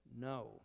no